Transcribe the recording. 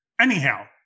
Anyhow